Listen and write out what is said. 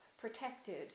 protected